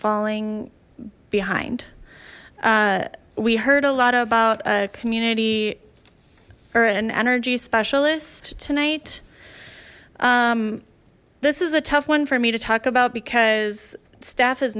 falling behind we heard a lot about a community or an energy specialist tonight this is a tough one for me to talk about because staff is